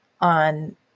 on